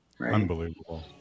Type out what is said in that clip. unbelievable